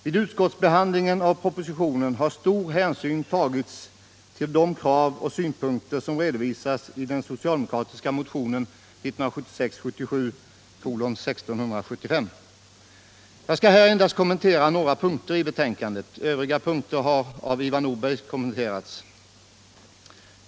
Vid utskottsbehandlingen av propositionen har stor hänsyn tagits till de krav och synpunkter som redovisas i den socialdemokratiska motionen 1976/77:1675. Jag skall här endast kommentera några punkter i betänkandet. Övriga punkter har Ivar Nordberg kommenterat.